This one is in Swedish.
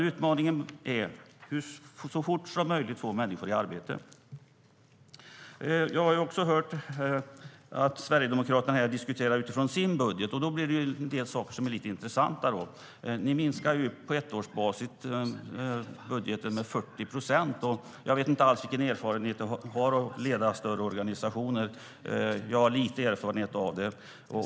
Utmaningen är i stället att så fort som möjligt få människor i arbete. Jag har också hört att Sverigedemokraterna här diskuterar utifrån sitt eget budgetförslag. Där minskar ni på ettårsbasis budgeten på det här området med 40 procent. Jag vet inte alls vilken erfarenhet ni har av att leda större organisationer. Jag har lite erfarenhet av det.